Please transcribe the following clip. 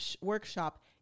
workshop